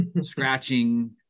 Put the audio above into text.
scratching